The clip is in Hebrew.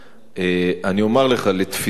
אני אומר לך: לתפיסתי,